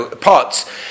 parts